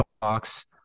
Box